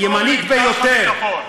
הימנית ביותר,